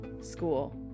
school